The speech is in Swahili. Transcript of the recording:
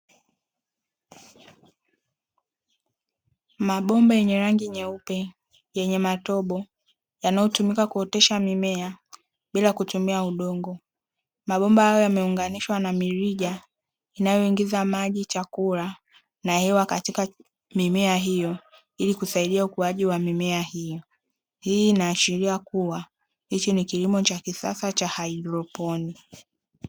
Mabomba yenye rangi nyeupe yenye matobo, yanayotumika kuotesha mimea bila kutumia udongo. Mabomba hayo yameunganishwa na mirija inayoingiza maji, chakula na hewa katika mimea hiyo ili kusaidia ukuaji wa mimea hiyo. Hii inaashiria kuwa hiki ni kilimo cha kisasa cha haidroponi.